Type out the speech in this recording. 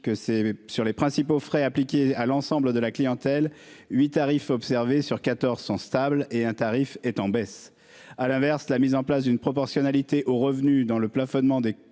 c'est sur les principaux frais appliquer à l'ensemble de la clientèle huit tarifs. Sur 1400 stable et un tarif est en baisse. À l'inverse, la mise en place d'une proportionnalité aux revenus dans le plafonnement des commissions